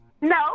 No